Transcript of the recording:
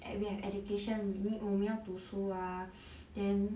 and we have education and we 我们要读书 ah then